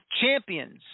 champions